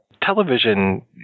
Television